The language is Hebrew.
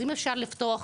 אם אפשר לפתוח,